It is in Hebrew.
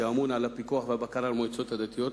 שממונה על הפיקוח ועל הבקרה במועצות הדתיות,